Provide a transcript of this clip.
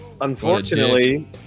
Unfortunately